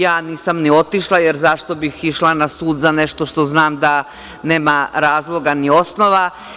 Ja nisam ni otišla, jer zašto bih išla na sud za nešto što znam da nema razloga, ni osnova.